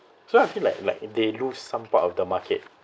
so I feel like like they lose some part of the market